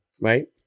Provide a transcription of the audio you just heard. right